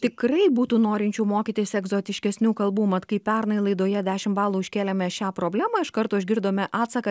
tikrai būtų norinčių mokytis egzotiškesnių kalbų mat kai pernai laidoje dešim balų iškėlėme šią problemą iš karto išgirdome atsaką